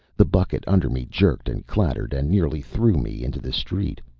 the bucket under me jerked and clattered and nearly threw me into the street.